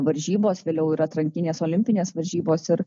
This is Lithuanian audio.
varžybos vėliau ir atrankinės olimpinės varžybos ir